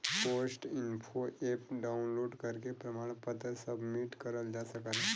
post info app download करके प्रमाण पत्र सबमिट करल जा सकला